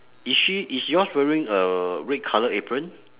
is she is yours wearing a red colour apron